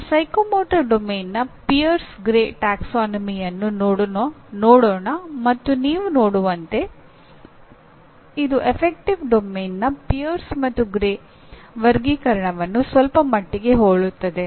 ನಾವು ಮನೋಪ್ರೇರಣಾ ಕಾರ್ಯಕ್ಷೇತ್ರದ ಪಿಯರ್ಸ್ ಗ್ರೇ ಪ್ರವರ್ಗವನ್ನು ವರ್ಗೀಕರಣವನ್ನು ಸ್ವಲ್ಪಮಟ್ಟಿಗೆ ಹೋಲುತ್ತದೆ